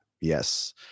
Yes